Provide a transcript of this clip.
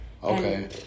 Okay